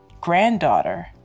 granddaughter